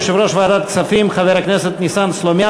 בדבר פיצול הצעת חוק לשינוי סדרי עדיפויות לאומיים